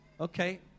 Okay